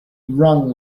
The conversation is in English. wrung